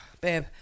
babe